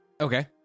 okay